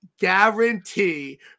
guarantee